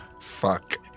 Fuck